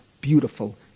beautiful